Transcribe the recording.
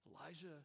Elijah